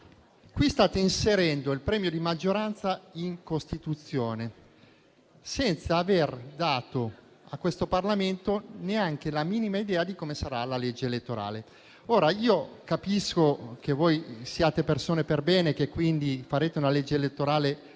Qui state inserendo il premio di maggioranza in Costituzione, senza aver dato a questo Parlamento neanche la minima idea di come sarà la legge elettorale. Ora, io capisco che voi siate persone perbene e che quindi farete una legge elettorale